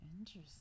interesting